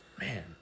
Man